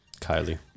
Kylie